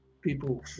people